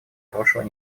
прошлой